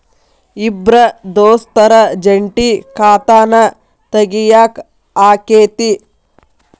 ಇಬ್ರ ದೋಸ್ತರ ಜಂಟಿ ಖಾತಾನ ತಗಿಯಾಕ್ ಆಕ್ಕೆತಿ?